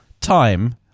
time